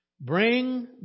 Bring